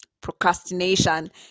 procrastination